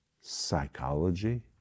psychology